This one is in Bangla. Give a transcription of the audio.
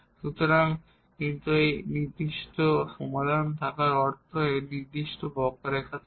সুতরাং কিন্তু একটি নির্দিষ্ট সমাধান থাকার অর্থ একটি নির্দিষ্ট কার্ভ থাকা